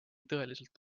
tõeliselt